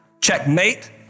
Checkmate